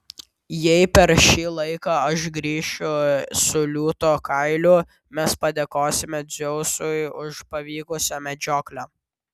jei per šį laiką aš grįšiu su liūto kailiu mes padėkosime dzeusui už pavykusią medžioklę